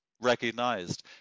recognized